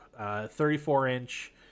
34-inch